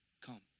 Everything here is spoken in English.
Come